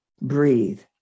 breathe